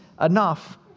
enough